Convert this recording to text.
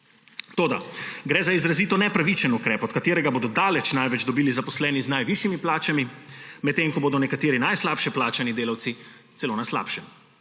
Toda gre za izrazito nepravičen ukrep, od katerega bodo daleč največ dobili zaposleni z najvišjimi plačami, medtem ko bodo nekateri najslabše plačani delavci celo na slabšem.